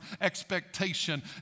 expectation